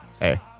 hey